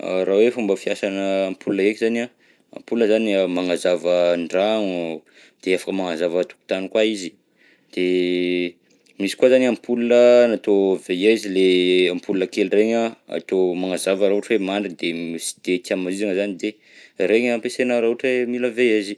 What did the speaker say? Raha hoe fomba fiasanà ampola ndraiky zany an, ampola magnazava andragno, de afaka magnazava antokontany koa izy, de misy koa zany ampola atao veilleuse ilay ampola kely regny an, akeo magnazava raha ohatra hoe mandry de sy de tia maizina zany an de regny ampiasaigna raha ohatra hoe mila veilleuse.